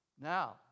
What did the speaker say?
Now